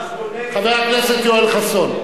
ממש בונה ירושלים, חבר הכנסת יואל חסון.